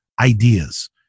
ideas